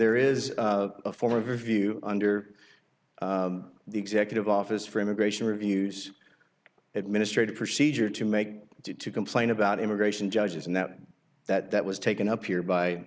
there is a form of review under the executive office for immigration reviews administrative procedure to make due to complain about immigration judges and that that was taken up here by